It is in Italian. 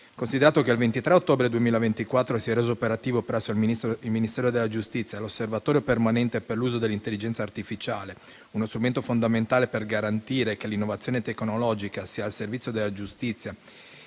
Considerato che il 23 ottobre 2024 si è reso operativo, presso il Ministero della giustizia, l'Osservatorio permanente per l'uso dell'intelligenza artificiale, uno strumento fondamentale per garantire che l'innovazione tecnologica sia al servizio della giustizia